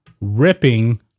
ripping